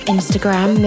Instagram